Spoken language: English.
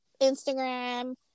Instagram